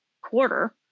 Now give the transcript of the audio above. quarter